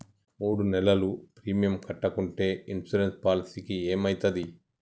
మూడు నెలలు ప్రీమియం కట్టకుంటే ఇన్సూరెన్స్ పాలసీకి ఏమైతది?